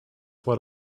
what